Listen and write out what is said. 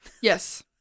yes